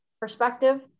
perspective